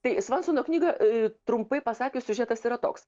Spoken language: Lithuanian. tai svansono knygoj trumpai pasakius siužetas yra toks